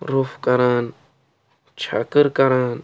روٚف کَران چھَکٕر کَران